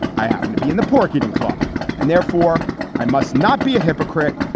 i happen to be in the pork eating club and therefore i must not be a hypocrite.